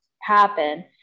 happen